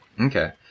Okay